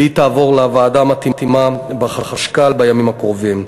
והיא תעבור לוועדה המתאימה בחשכ"ל בימים הקרובים.